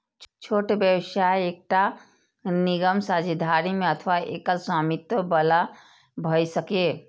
छोट व्यवसाय एकटा निगम, साझेदारी मे अथवा एकल स्वामित्व बला भए सकैए